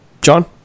John